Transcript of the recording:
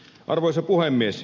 arvoisa puhemies